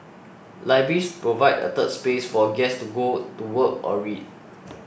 libraries provide a 'third space' for a guest to go to work or read